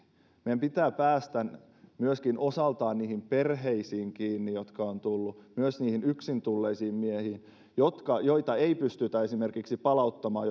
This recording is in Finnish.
meidän pitää myöskin päästä osaltaan kiinni niihin perheisiin jotka ovat tulleet myös niihin yksin tulleisiin miehiin joita ei pystytä esimerkiksi palauttamaan